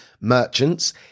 merchants